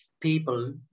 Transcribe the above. people